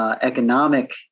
economic